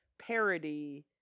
parody